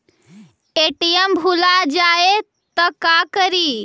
ATM भुला जाये त का करि?